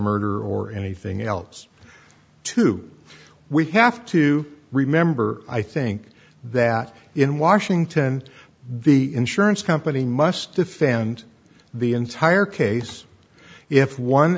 murder or anything else to we have to remember i think that in washington the insurance company must defend the entire case if one